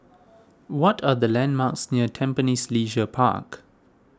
what are the landmarks near Tampines Leisure Park